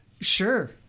sure